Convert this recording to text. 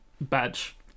Badge